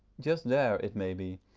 just there, it may be,